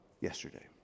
yesterday